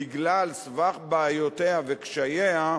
בגלל סבך בעיותיה וקשייה,